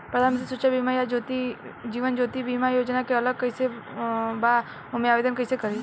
प्रधानमंत्री सुरक्षा बीमा आ जीवन ज्योति बीमा योजना से अलग कईसे बा ओमे आवदेन कईसे करी?